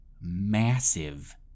massive